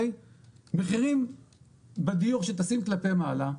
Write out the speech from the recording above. מחירים בדיור שטסים כלפי מעלה,